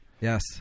Yes